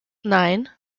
nine